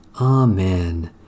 Amen